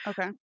Okay